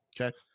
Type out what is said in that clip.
okay